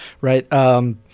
right